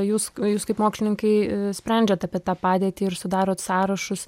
jūs jūs kaip mokslininkai sprendžiat apie tą padėtį ir sudarot sąrašus